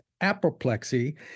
apoplexy